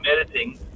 editing